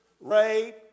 rape